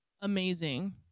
amazing